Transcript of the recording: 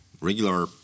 regular